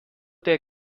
der